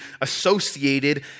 associated